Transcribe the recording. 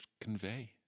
convey